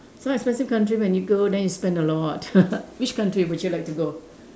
so expensive country when you go then you spend a lot which country would you like to go